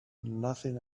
nothing